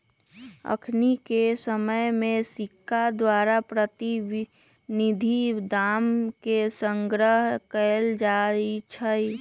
अखनिके समय में सिक्का द्वारा प्रतिनिधि दाम के संग्रह कएल जाइ छइ